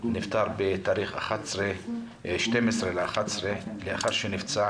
נפטר ב-12 בנובמבר לאחר שנפצע